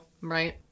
right